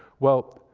well,